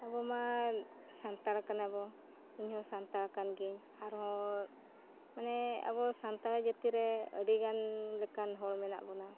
ᱟᱵᱚ ᱢᱟ ᱥᱟᱱᱛᱟᱲ ᱠᱟᱱᱟ ᱵᱚ ᱤᱧ ᱦᱚᱸ ᱥᱟᱱᱛᱟᱲ ᱠᱟᱱ ᱜᱤᱭᱟᱹᱧ ᱟᱨᱦᱚᱸ ᱢᱟᱱᱮ ᱟᱵᱚ ᱥᱟᱱᱛᱟᱲ ᱡᱟᱹᱛᱤ ᱨᱮ ᱟᱹᱰᱤ ᱜᱟᱱ ᱞᱮᱠᱟᱱ ᱦᱚᱲ ᱢᱮᱱᱟᱜ ᱵᱚᱱᱟ